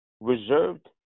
reserved